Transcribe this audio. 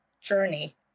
journey